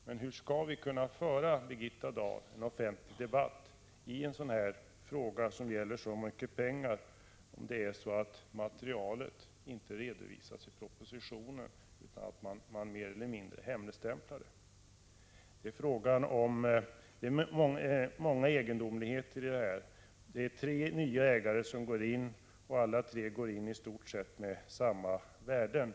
Men hur skall vi, Birgitta Dahl, kunna föra en offentlig debatt i en fråga som denna — det rör sig ju här om mycket pengar — om materialet inte redovisas i propositionen? Man har mer eller mindre hemligstämplat materialet. Det är mycket i detta sammanhang som är egendomligt. Tre nya bolag går in som ägare, enligt propositionen, med i stort sett samma värden.